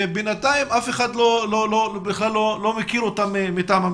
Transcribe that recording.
שבינתיים אף אחד מטעם המשרד לא מכיר אותן .